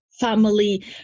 family